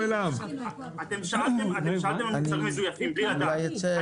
אתם שאלתם על מוצרים מזויפים בלי לדעת.